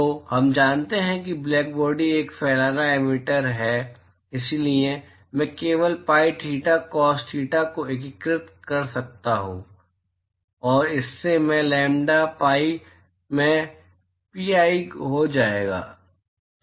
तो हम जानते हैं कि काला शरीर एक फैलाना एमिटर है इसलिए मैं केवल पाइ थीटा कोस थीटा को एकीकृत कर सकता हूं और इससे मैं लैम्ब्डा पी में पीआई हो जाएगा